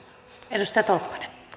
arvoisa puhemies